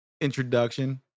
introduction